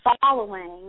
following